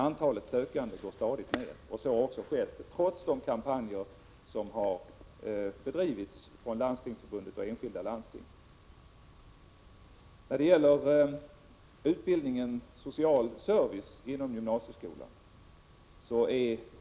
Arbetet skall genomföras i samarbete med berörda departement, myndigheter och fackliga organisationer.